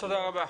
תודה רבה.